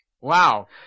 Wow